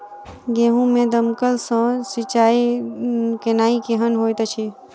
गेंहूँ मे दमकल सँ सिंचाई केनाइ केहन होइत अछि?